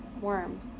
Worm